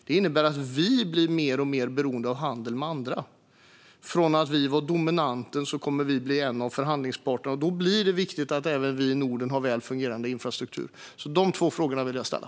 Det innebär att vi blir mer och mer beroende av handel med andra. Från att ha varit dominanten kommer vi att bli en av förhandlingsparterna. Då blir det viktigt att även vi i Norden har väl fungerande infrastruktur. De två frågorna vill jag ställa.